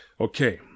Okay